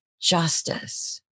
justice